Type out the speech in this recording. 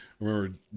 remember